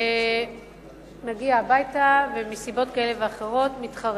מגיע הביתה ומסיבות כאלה ואחרות מתחרט,